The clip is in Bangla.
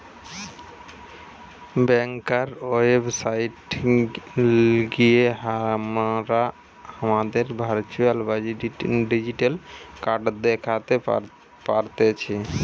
ব্যাংকার ওয়েবসাইট গিয়ে হামরা হামাদের ভার্চুয়াল বা ডিজিটাল কার্ড দ্যাখতে পারতেছি